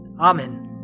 Amen